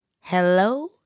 Hello